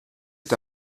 est